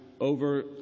over